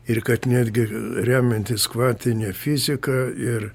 ir kad netgi remiantis kvantine fizika ir